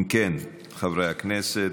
אם כן, חברי הכנסת,